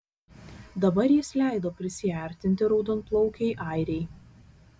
dabar jis leido prisiartinti raudonplaukei airei